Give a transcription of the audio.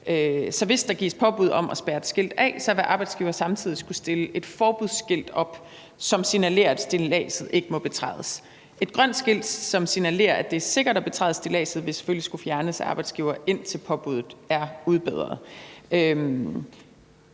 Så hvis der gives påbud om at spærre et stillads af, vil arbejdsgiver samtidig skulle stille et forbudsskilt op, som signalerer, at stilladset ikke må betrædes. Et grønt skilt, som signalerer, at det er sikkert at betræde stilladset, vil selvfølgelig skulle fjernes af arbejdsgiver, indtil påbuddet er udbedret.